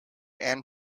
and